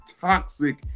toxic